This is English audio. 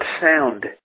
sound